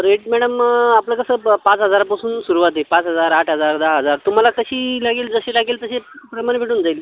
rate मॅणम आपलं कसं प पाच हजारापासून सुरुवात आहे पाच हजार आठ हजार दहा हजार तुम्हाला कशी लागेल जशी लागेल तशी प्रमाणे भेटून जाईल